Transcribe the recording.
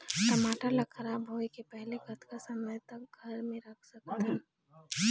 टमाटर ला खराब होय के पहले कतका समय तक घर मे रख सकत हन?